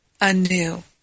anew